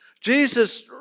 Jesus